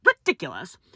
ridiculous